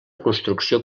construcció